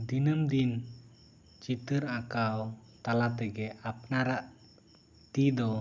ᱫᱤᱱᱟᱹᱢ ᱫᱤᱱ ᱪᱤᱛᱟᱹᱨ ᱟᱸᱠᱟᱣ ᱛᱟᱞᱟ ᱛᱮᱜᱮ ᱟᱯᱱᱟᱨᱟᱜ ᱛᱤ ᱫᱚ